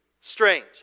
Strange